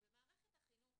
במערכת החינוך